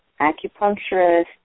acupuncturist